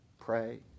pray